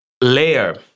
layer